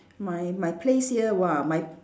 my my place here !wah! my